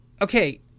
okay